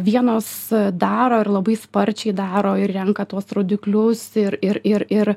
vienos daro ir labai sparčiai daro ir renka tuos rodiklius ir ir ir ir